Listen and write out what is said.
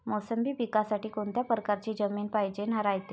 मोसंबी पिकासाठी कोनत्या परकारची जमीन पायजेन रायते?